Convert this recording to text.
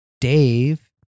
Dave